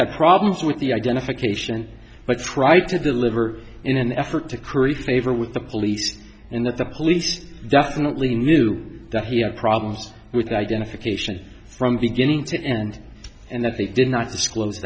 had problems with the identification but tried to deliver in an effort to curry favor with the police and that the police definitely knew that he had problems with identification from beginning to end and that they did not disclose